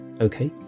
Okay